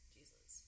Jesus